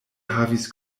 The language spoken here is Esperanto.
havis